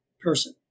person